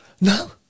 No